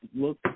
look